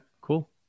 Cool